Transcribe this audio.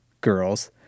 girls